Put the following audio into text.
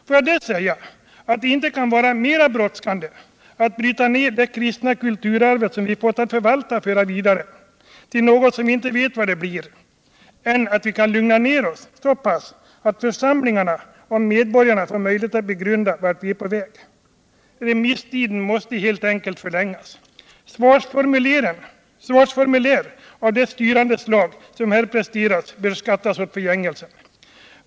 Får jag dessutom säga att det inte kan vara mera brådskande att bryta ned det kristna kulturarv som vi fått att förvalta, och föra vidare, till något som vi inte vet vad det blir, än att vi kan lugna ner oss så pass att församlingarna och medborgarna får möjlighet att begrunda vart vi är på väg. Remisstiden måste helt enkelt förlängas. Svarsformulär av det styrande slag som här presterats bör skatta åt förgängelsen.